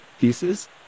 pieces